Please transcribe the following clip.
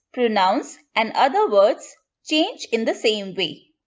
pronouns, and other words change in the same way.